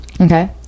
okay